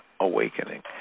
Awakening